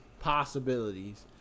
possibilities